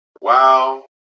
Wow